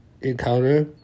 encounter